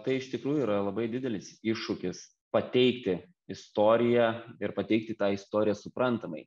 tai iš tikrųjų yra labai didelis iššūkis pateikti istoriją ir pateikti tą istoriją suprantamai